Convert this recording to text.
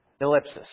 Ellipsis